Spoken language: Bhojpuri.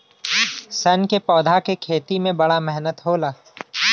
सन क पौधा के खेती में बड़ा मेहनत होला